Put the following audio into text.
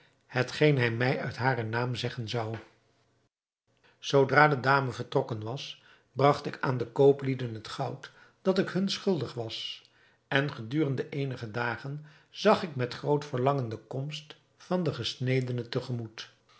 hetgeen hij mij uit haren naam zeggen zou zoodra de dame vertrokken was bragt ik aan de kooplieden het goud dat ik hun schuldig was en gedurende eenige dagen zag ik met groot verlangen de komst van den gesnedene